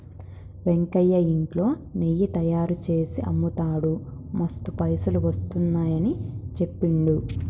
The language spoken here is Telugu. వెంకయ్య ఇంట్లో నెయ్యి తయారుచేసి అమ్ముతాడు మస్తు పైసలు వస్తున్నాయని చెప్పిండు